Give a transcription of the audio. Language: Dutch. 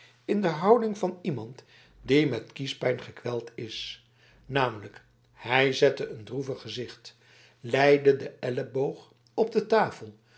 in de houding van iemand die met kiespijn gekweld is namelijk hij zette een droevig gezicht legde den elleboog op de tafel